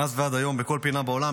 מאז ועד היום בכל פינה בעולם,